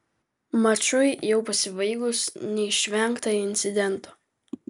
mačui jau pasibaigus neišvengta incidento